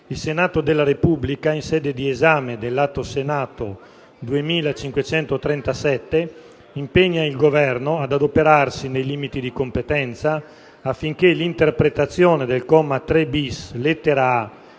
«Il Senato della Repubblica, in sede di esame dell'Atto Senato n. 2537, impegna il Governo ad adoperarsi, nei limiti di competenza, affinché l'interpretazione del comma 3*‑bis,* lettera